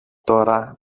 τώρα